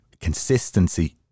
consistency